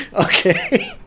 Okay